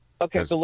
Okay